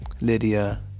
Lydia